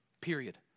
period